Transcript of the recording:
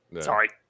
Sorry